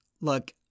look